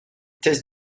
test